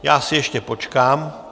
Já si ještě počkám.